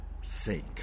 sake